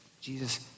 Jesus